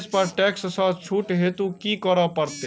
निवेश पर टैक्स सँ छुट हेतु की करै पड़त?